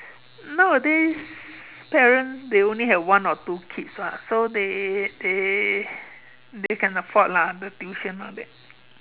nowadays parents they only have one or two kids lah they they they can afford lah the things here now that